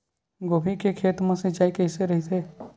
गोभी के खेत मा सिंचाई कइसे रहिथे?